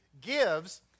gives